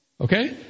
Okay